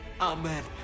amen